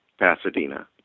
Pasadena